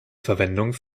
verwendung